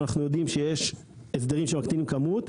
אנחנו יודעים שיש הסדרים שמקטינים כמות,